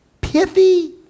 pithy